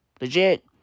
Legit